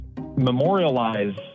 memorialize